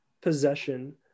possession